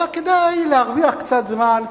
אלא כדי להרוויח קצת זמן,